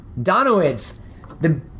Donowitz